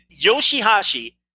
Yoshihashi